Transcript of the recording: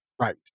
Right